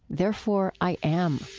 therefore i am.